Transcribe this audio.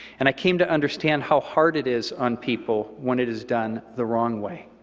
and i came to understand how hard it is on people when it is done the wrong way.